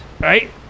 Right